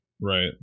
Right